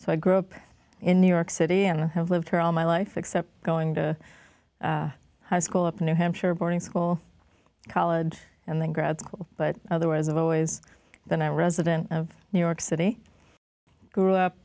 so i grew up in new york city and i have lived here all my life except going to high school up new hampshire boarding school college and then grad school but otherwise i've always been a resident of new york city grew up